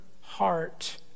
heart